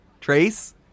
Trace